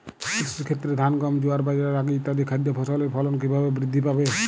কৃষির ক্ষেত্রে ধান গম জোয়ার বাজরা রাগি ইত্যাদি খাদ্য ফসলের ফলন কীভাবে বৃদ্ধি পাবে?